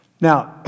Now